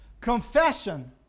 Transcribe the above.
Confession